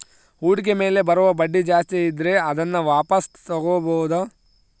ಹೂಡಿಕೆ ಮೇಲೆ ಬರುವ ಬಡ್ಡಿ ಜಾಸ್ತಿ ಇದ್ರೆ ಅದನ್ನ ವಾಪಾಸ್ ತೊಗೋಬಾಹುದು